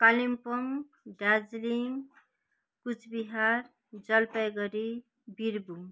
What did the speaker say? Kalimpong Darjeeling Coochbehar Jalpaiguri Birbhum